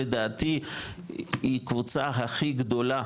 לדעתי היא קבוצה הכי גדולה,